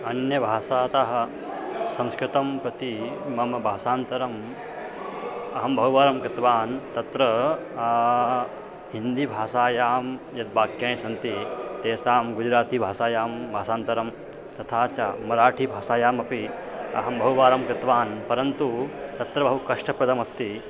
अन्यभाषातः संस्कृतं प्रति मम भाषान्तरम् अहं बहुवारं कृतवान् तत्र हिन्दीभाषायां यद् वाक्यानि सन्ति तेषां गुजरातीभाषायां भाषान्तरं तथा च मराठीभाषायामपि अहं बहुवारं कृतवान् परन्तु तत्र बहु कष्टप्रदमस्ति